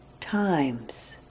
times